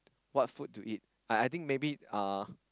what food to eat I I think maybe uh